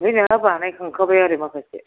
आमफ्राय नोंहा बानाय खांखाबाय आरो माखासे